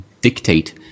dictate